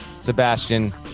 Sebastian